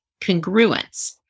congruence